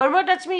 ואני אומרת לעצמי,